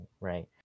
right